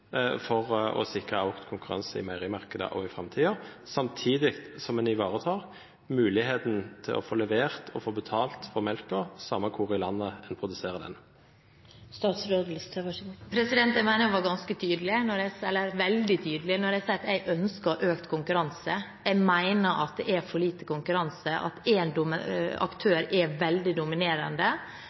for å sikre økt konkurranse i meierimarkedet også i framtiden, samtidig som en ivaretar muligheten til å få levert og få betalt for melken, samme hvor i landet en produserer den. Jeg mener jeg var ganske tydelig – eller veldig tydelig – da jeg sa at jeg ønsker økt konkurranse. Jeg mener at det er for lite konkurranse, at én aktør er veldig dominerende,